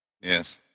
Yes